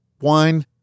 Wine